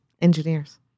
Engineers